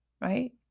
right